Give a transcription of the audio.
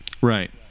Right